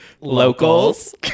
locals